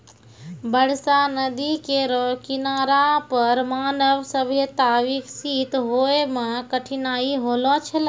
बरसा नदी केरो किनारा पर मानव सभ्यता बिकसित होय म कठिनाई होलो छलै